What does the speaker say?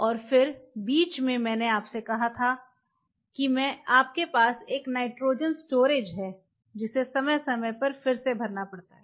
और बीच में मैंने आपसे कहा था कि आपके पास एक नाइट्रोजन स्टोरेज है जिसे समय समय पर फिर से भरना पड़ता है